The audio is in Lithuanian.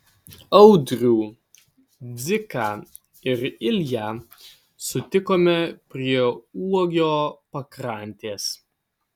audrių dziką ir ilją sutikome prie uogio pakrantės